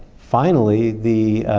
finally, the